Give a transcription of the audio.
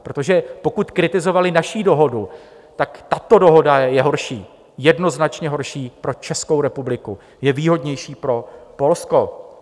Protože pokud kritizovali naši dohodu, tak tato dohoda je horší, jednoznačně horší pro Českou republiku a je výhodnější pro Polsko.